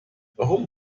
warum